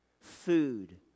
food